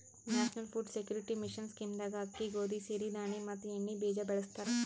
national Food Security Mission scheme ದಾಗ ಅಕ್ಕಿ, ಗೋದಿ, ಸಿರಿ ಧಾಣಿ ಮತ್ ಎಣ್ಣಿ ಬೀಜ ಬೆಳಸ್ತರ